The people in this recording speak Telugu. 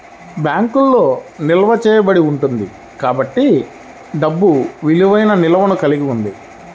బ్యాంకులో నిల్వ చేయబడి ఉంటుంది కాబట్టి డబ్బు విలువైన నిల్వను కలిగి ఉంది